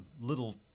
little